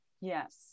Yes